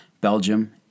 Belgium